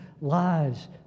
Lives